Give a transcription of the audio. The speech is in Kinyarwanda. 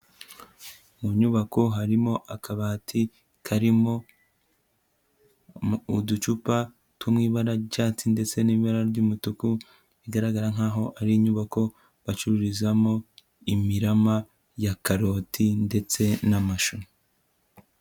Mu nyubako harimo akabati karimo uducupa two mu ibara ry'icyatsi ndetse n'ibara ry'umutuku, bigaragara nkaho ari inyubako bacururizamo imirama ya karoti ndetse n'amashu.